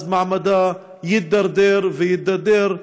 אז מעמדה יידרדר ויידרדר,